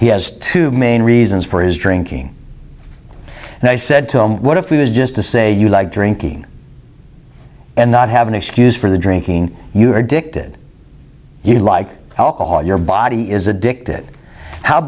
he has two main reasons for his drinking and i said to him what if he was just to say you like drinking and not have an excuse for the drinking you are addicted you like alcohol your body is addicted how